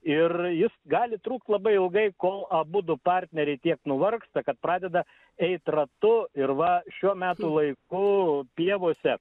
ir jis gali trukt labai ilgai kol abudu partneriai tiek nuvargsta kad pradeda eit ratu ir va šiuo metų laiku pievose